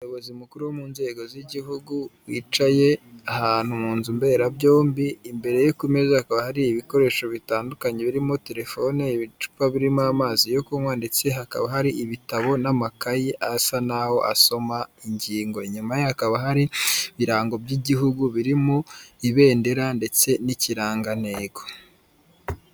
Umuyobozi mukuru mu nzego z'igihugu wicaye ahantu mu nzu mberabyombi, imbere ye ku meza hakaba hari ibikoresho bitandukanye birimo; telefoni, ibicupa birimo amazi yo kunkwa, ndetse hakaba hari ibitabo n'amakayi asa naho asoma ingingo. Inyuma ye hakaba hari ibirango by'igihugu birimo; ibendera ndetse n'ikirangantego.